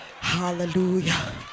Hallelujah